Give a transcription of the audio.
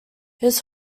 his